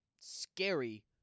scary